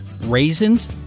raisins